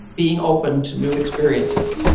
being open to new experiences